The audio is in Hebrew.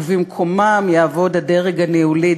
ובמקומם יעבוד הדרג הניהולי,